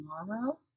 tomorrow